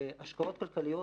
בהשקעות כלכליות,